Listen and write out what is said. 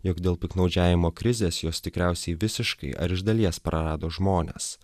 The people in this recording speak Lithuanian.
jog dėl piktnaudžiavimo krizės jos tikriausiai visiškai ar iš dalies prarado žmones